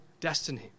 destiny